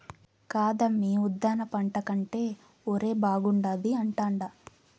కాదమ్మీ ఉద్దాన పంట కంటే ఒరే బాగుండాది అంటాండా